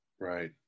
Right